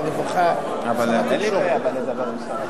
עוספיא, הכנסנו אותה מכיוון שראינו צורך,